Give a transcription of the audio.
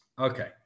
Okay